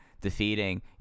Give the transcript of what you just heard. defeating